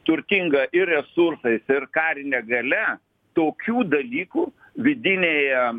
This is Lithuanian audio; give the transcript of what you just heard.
turtinga ir resursais ir karine galia tokių dalykų vidinėje